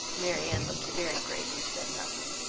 marianne looked very grave and said nothing.